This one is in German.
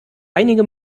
einige